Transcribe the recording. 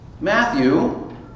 Matthew